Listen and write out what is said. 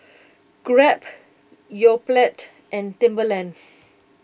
Grab Yoplait and Timberland